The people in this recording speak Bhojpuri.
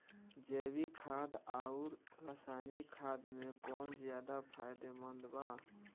जैविक खाद आउर रसायनिक खाद मे कौन ज्यादा फायदेमंद बा?